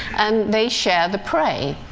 and they share the prey.